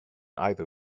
either